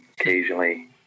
occasionally